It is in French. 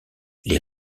les